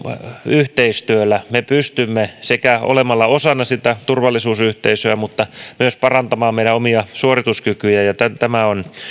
yhteistyöllä me pystymme olemaan osana sitä turvallisuusyhteisöä mutta myös parantamaan meidän omia suorituskykyjämme ja tämä on